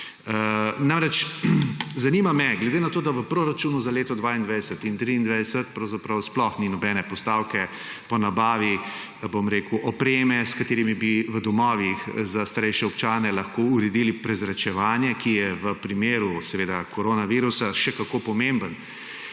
zanima me glede na to, da v proračunu za leto 2022 in 2023 pravzaprav sploh ni nobene postavke po nabavi opreme, s katero bi v domovih za starejše občane lahko uredili prezračevanje, ki je v primeru koronavirusa seveda še kako pomembno.